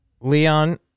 Leon